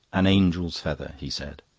an angel's feather, he said.